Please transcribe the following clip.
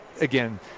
again